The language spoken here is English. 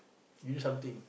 you do something